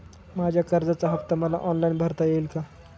माझ्या कर्जाचा हफ्ता मला ऑनलाईन भरता येईल का?